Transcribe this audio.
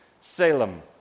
Salem